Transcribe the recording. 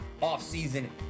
off-season